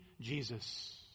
Jesus